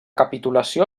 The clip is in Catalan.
capitulació